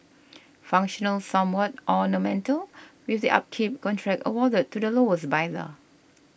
functional somewhat ornamental with the upkeep contract awarded to the lowest bidder